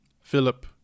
Philip